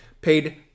paid